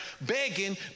begging